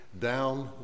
down